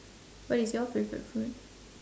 what is your favourite food